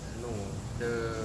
no the